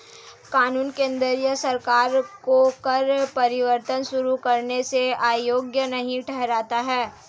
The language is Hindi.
कानून केंद्र सरकार को कर परिवर्तन शुरू करने से अयोग्य नहीं ठहराता है